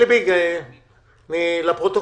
עלי בינג, לפרוטוקול.